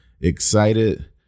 excited